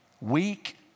weak